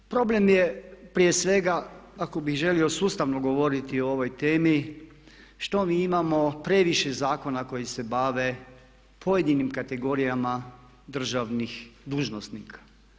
Problem je prije svega ako bih želio sustavno govoriti o ovoj temi što mi imamo previše zakona koji se bave pojedinim kategorijama državnih dužnosnika.